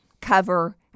cover